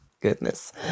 Goodness